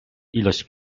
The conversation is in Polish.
ilość